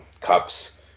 cups